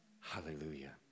Hallelujah